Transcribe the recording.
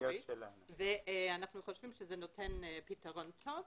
אנחנו חושבים שזה נותן פתרון טוב.